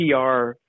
PR